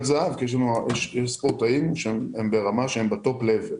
זהב כי יש שם ספורטאים ברמה שהם ברמה הכי גבוהה.